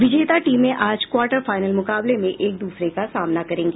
विजेता टीमें आज क्वार्टर फाइनल मुकाबले में एक दूसरे का सामना करेंगी